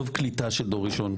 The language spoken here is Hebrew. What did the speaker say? שים בצד את הקליטה של דור ראשון,